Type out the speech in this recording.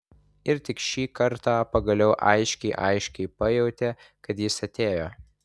ir tik šį kartą pagaliau aiškiai aiškiai pajautė kad jis atėjo